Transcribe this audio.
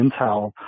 Intel